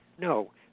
No